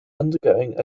undergoing